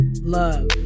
love